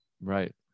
right